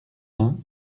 mains